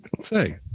Say